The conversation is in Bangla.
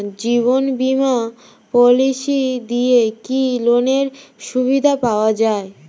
জীবন বীমা পলিসি দিয়ে কি লোনের সুবিধা পাওয়া যায়?